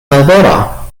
malvera